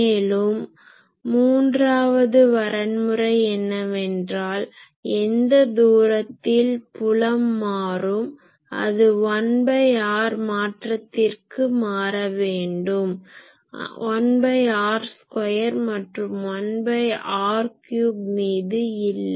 மேலும் மூன்றாவது வரன்முறை என்னவென்றால் எந்த தூரத்தில் புலம் மாறும் அது 1r மாற்றத்திற்கு மாற வேண்டும் 1r ஸ்கொயர் மற்றும் 1r க்யூப் மீது இல்லை